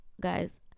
guys